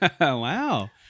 wow